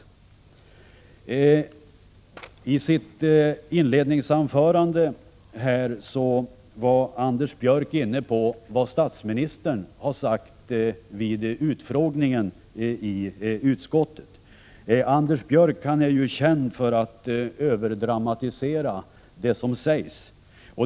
1986/87:127 I sitt inledningsanförande var Anders Björck inne på vad statsministern 20 maj 1987 hade sagt vid utfrågningen i utskottet. Anders Björck är ju känd för att överdramatisera det som sägs.